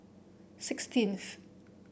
sixteenth